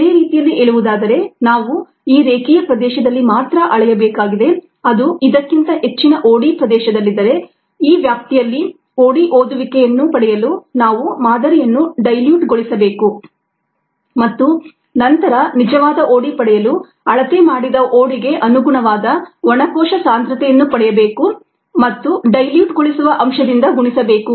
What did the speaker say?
ಬೇರೆ ರೀತಿಯಲ್ಲಿ ಹೇಳುವುದಾದರೆ ನಾವು ಈ ರೇಖೀಯ ಪ್ರದೇಶದಲ್ಲಿ ಮಾತ್ರ ಅಳೆಯಬೇಕಾಗಿದೆ ಅದು ಇದಕ್ಕಿಂತ ಹೆಚ್ಚಿನ OD ಪ್ರದೇಶದಲ್ಲಿದ್ದರೆ ಈ ವ್ಯಾಪ್ತಿಯಲ್ಲಿ OD ಓದುವಿಕೆಯನ್ನು ಪಡೆಯಲು ನಾವು ಮಾದರಿಯನ್ನು ಡೈಲ್ಯೂಟ್ಗೊಳಿಸಬೇಕು ಮತ್ತು ನಂತರ ನಿಜವಾದ OD ಪಡೆಯಲು ಅಳತೆ ಮಾಡಿದ ODಗೆ ಅನುಗುಣವಾದ ಒಣ ಕೋಶ ಸಾಂದ್ರತೆಯನ್ನು ಪಡೆಯಬೇಕು ಮತ್ತು ಡೈಲ್ಯೂಟ್ಗೊಳಿಸುವ ಅಂಶದಿಂದ ಗುಣಿಸಬೇಕು